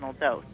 dose